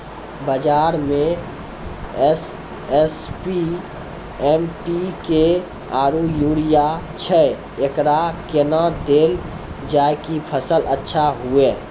बाजार मे SSP, MPK आरु यूरिया छैय, एकरा कैना देलल जाय कि फसल अच्छा हुये?